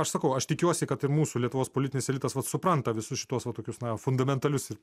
aš sakau aš tikiuosi kad ir mūsų lietuvos politinis elitas vat supranta visus šituos va tokius fundamentalius ir